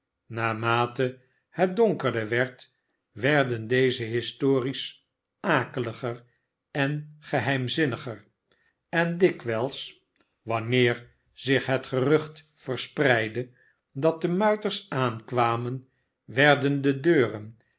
naarmate het donkerder werd werden deze histories akeliger en geheimzinniger en dikwijls wanneer zich het gerucht verspreidde dat de muiters aankwamen werden de deuren